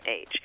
age